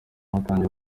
batangiye